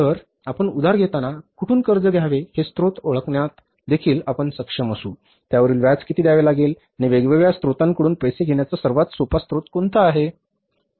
तर आपण उधार घेताना आपण कुठून कर्ज घ्यावे हे स्त्रोत ओळखण्यात देखील आपण सक्षम असु त्यावरील व्याज किती द्यावे लागेल आणि वेगवेगळ्या स्त्रोतांकडून पैसे घेण्याचा सर्वात सोपा स्रोत कोणता आहे